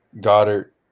Goddard